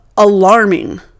alarming